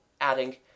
adding